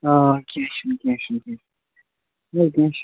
آ کٚنٛہہ چھُنہٕ کیٚنٛہہ چھُنہٕ کیٚنٛہہ ہے کیٚنٛہہ چھُنہٕ